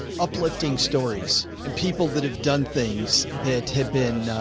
uplifting stories and people that have done things that have been,